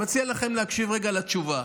אני מציע לכם להקשיב רגע לתשובה.